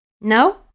No